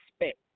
expect